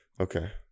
Okay